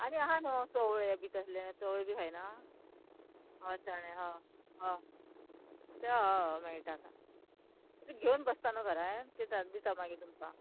आनी आहा न्हू चवळे बी तसले चवळ बी खायना हय चणे हय हय ते हय मेळटा घेवन बसता न्हू खरें दिता मागीर तुमकां